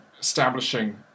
establishing